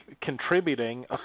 contributing